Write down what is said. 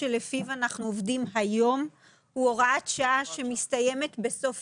כמשמעותם לפי סעיף 43. זכאויות נוספות